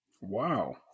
Wow